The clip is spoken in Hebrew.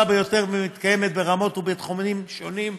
ביותר ומתקיימת ברמות ובתחומים שונים.